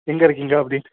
எங்கே இருக்கீங்க அப்படி